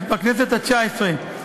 בכנסת התשע-עשרה,